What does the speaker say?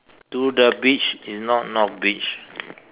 to the beach it's not not beach